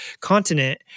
continent